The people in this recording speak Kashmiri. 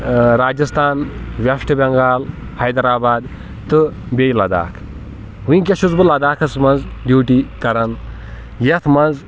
راجستان ویسٹ بنگال حیدرآباد تہٕ بییٚہِ لداخ ونکیس چھُس بہٕ لداخس منٛز ڈیوٗٹی کران یتھ منٛز